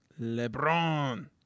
LeBron